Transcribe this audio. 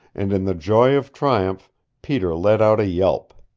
and in the joy of triumph peter let out a yelp.